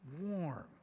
Warm